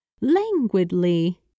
languidly